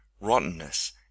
rottenness